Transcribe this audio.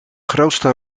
grootste